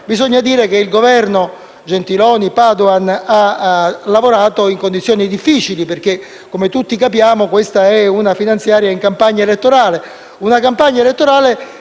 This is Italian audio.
Bisogna però dire che il Governo Gentiloni Silveri-Padoan ha lavorato in condizioni difficili, perché, come tutti capiamo, questa è una manovra finanziaria in campagna elettorale.